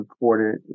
important